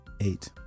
Eight